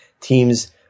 Teams